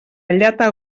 llata